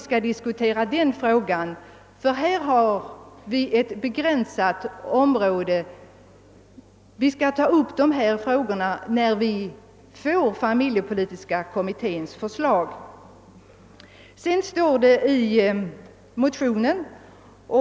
Nu skall vi hålla oss till ett begränsat område, till tilläggssjukpenning vid barnsbörd. De övriga frågorna skall vi ta upp när vi får familjepolitiska kommitténs förslag.